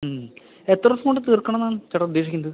മ് എത്ര ദിവസം കൊണ്ട് തീർക്കണമെന്നാണ് ചേട്ടാ ഉദ്ദേശിക്കുന്നത്